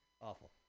Awful